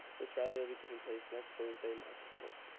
this rally will be taking place next thursday march seventh.